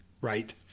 Right